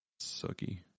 Sucky